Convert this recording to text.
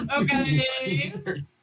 Okay